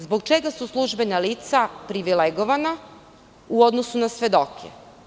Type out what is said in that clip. Zbog čega su službena lica privilegovana u odnosu na svedoke?